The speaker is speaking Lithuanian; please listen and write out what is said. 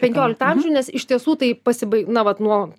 penkioliktą amžių nes iš tiesų tai pasibai na vat nuo